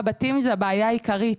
הבתים זה הבעיה העיקרית.